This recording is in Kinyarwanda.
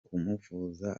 kumuvuza